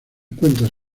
cuentos